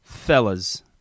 Fellas